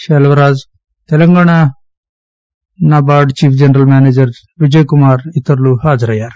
సెల్సరాజు Telangana NABARD chief general manager Vijaykumar ఇతరులు హాజరయ్యారు